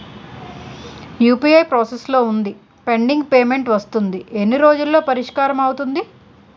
UPI process లో వుంది pending payment వస్తుంది ఎన్ని రోజుల్లో పరిష్కారం అవుతుంది